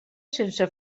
sense